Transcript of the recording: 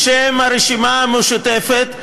בשם הוועדה המשותפת,